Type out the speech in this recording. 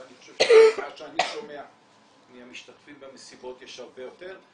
אבל ממה שאני שומע מהמשתתפים במסיבות יש הרבה יותר.